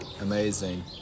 amazing